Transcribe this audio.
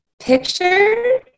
picture